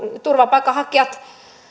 turvapaikanhakijoiden